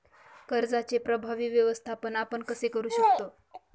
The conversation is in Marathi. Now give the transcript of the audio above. कर्जाचे प्रभावी व्यवस्थापन आपण कसे करु शकतो?